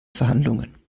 verhandlungen